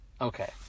Okay